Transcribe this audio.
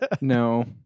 no